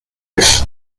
life